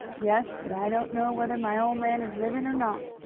yes, but i don't know whether my ole man is livin' or not.